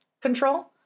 control